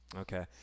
Okay